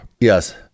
Yes